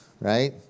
Right